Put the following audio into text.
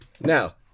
Now